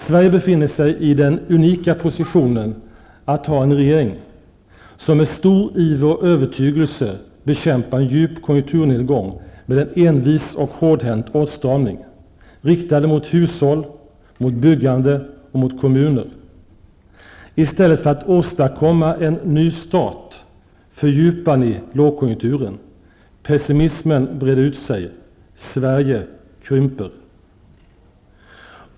Sverige befinner sig i den unika positionen att ha en regering, som med stor iver och övertygelse bekämpar en djup konjunkturnedgång med en envis och hårdhänt åtstramning, inriktad på hushåll, byggande och kommuner. I stället för att åstadkomma en ny start fördjupar ni lågkonjunkturen. Pessimismen breder ut sig. Sverige krymper.